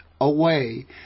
away